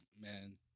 man